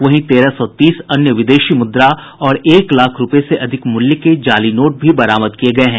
वहीं तेरह सौ तीस अन्य विदेशी मुद्रा और एक लाख रूपये से अधिक मूल्य के जाली नोट भी बरामद किये गये हैं